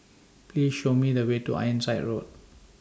Please Show Me The Way to Ironside Road